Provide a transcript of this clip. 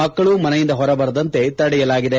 ಮಕ್ಕ ಳು ಮನೆಯಿಂದ ಹೊರ ಬರದಂತೆ ತಡೆಯಲಾಗಿದೆ